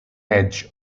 edge